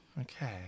Okay